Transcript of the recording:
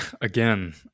Again